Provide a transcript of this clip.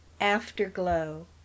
afterglow